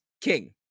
king